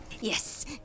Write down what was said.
Yes